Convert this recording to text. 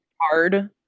hard